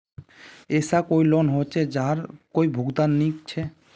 कोई ऐसा लोन होचे जहार कोई भुगतान नी छे?